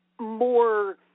more